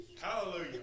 Hallelujah